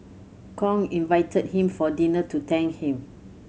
Kong invited him for dinner to thank him